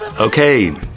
Okay